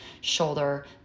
shoulder